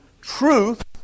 truth